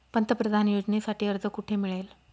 पंतप्रधान योजनेसाठी अर्ज कुठे मिळेल?